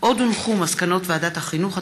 מסקנות ועדת החינוך,